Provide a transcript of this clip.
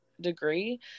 degree